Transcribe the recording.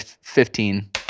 Fifteen